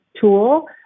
tool